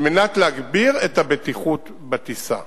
על מנת להגביר את הבטיחות בטיסה.